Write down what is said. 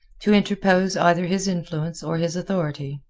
to interpose either his influence or his authority.